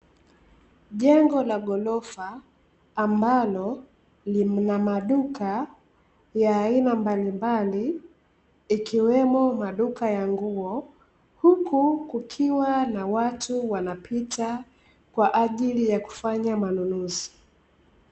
Jengo la ghorofa, ambalo lina maduka ya aina mbalimbali, ikiwemo maduka ya nguo, huku kukiwa na watu wanapita kwa ajili ya kufanya manunuzi.